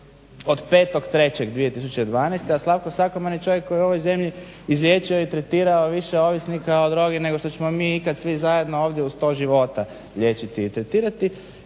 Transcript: od 5.03.2012., a Slavko Sakoman je čovjek koji u ovoj zemlji izvješćuje i tretirao je više ovisnika o drogi nego što ćemo mi ikad svi zajedno ovdje u sto života liječiti i tretirati.